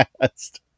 past